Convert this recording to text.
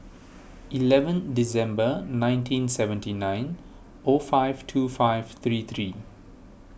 eleven December nineteen seventy nine O five two five three three